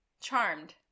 charmed